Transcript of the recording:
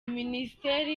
minisiteri